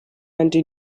anti